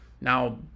Now